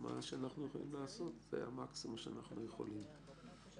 זה המקסימום שאנחנו יכולים לעשות.